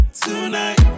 tonight